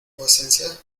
vuecencia